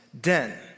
den